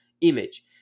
image